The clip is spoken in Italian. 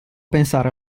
pensare